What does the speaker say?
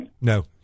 No